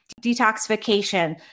detoxification